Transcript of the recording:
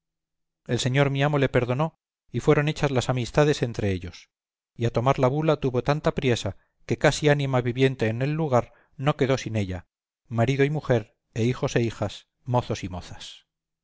el señor mi amo le perdonó y fueron hechas las amistades entre ellos y a tomar la bula hubo tanta priesa que casi ánima viviente en el lugar no quedó sin ella marido y mujer e hijos e hijas mozos y mozas